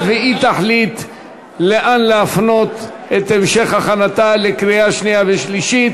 חוק ומשפט להכנתה לקריאה שנייה ושלישית.